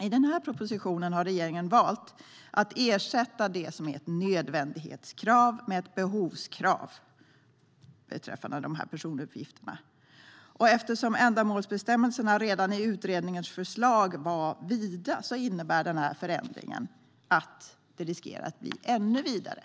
I propositionen har regeringen valt att ersätta det som är ett nödvändighetskrav med ett behovskrav beträffande personuppgifterna. Eftersom ändamålsbestämmelserna redan i utredningens förslag var vida innebär förändringen att de riskerar att bli ännu vidare.